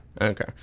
Okay